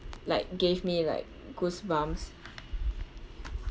like gave me like goosebumps